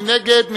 מי נגד?